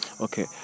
okay